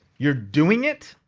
you're doing it,